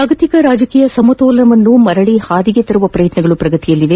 ಜಾಗತಿಕ ರಾಜಕೀಯ ಸಮತೋಲನವನ್ನು ಮರಳ ಪಾದಿಗೆ ತರುವ ಪ್ರಯತ್ನಗಳು ಪ್ರಗತಿಯಲ್ಲಿವೆ